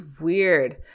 weird